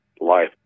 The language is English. life